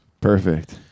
Perfect